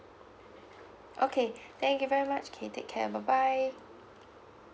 okay thank you very much okay take care bye bye